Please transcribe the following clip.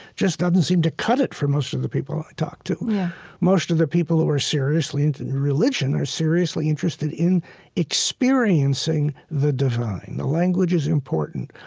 just doesn't seem to cut it for most of the people i talk to most of the people who are seriously into religion are seriously interested in experiencing the divine. the language is important.